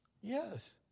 Yes